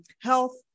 health